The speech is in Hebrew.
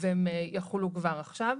והם יחולו כבר עכשיו.